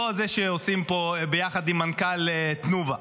לא זה שעושים פה ביחד עם מנכ"ל תנובה,